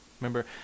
Remember